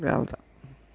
அவ்வளோதான்